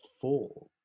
four